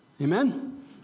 Amen